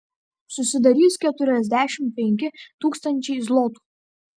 susidarys keturiasdešimt penki tūkstančiai zlotų